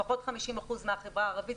לפחות 50% מהחברה הערבית,